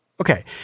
Okay